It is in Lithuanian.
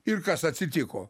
ir kas atsitiko